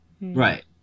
Right